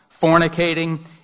fornicating